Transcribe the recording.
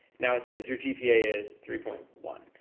now. it says your gpa is three point one.